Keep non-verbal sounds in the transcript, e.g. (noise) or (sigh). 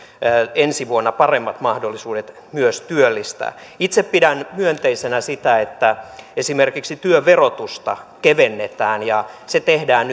ensi vuonna paremmat mahdollisuudet myös työllistää itse pidän myönteisenä sitä että esimerkiksi työn verotusta kevennetään ja se tehdään (unintelligible)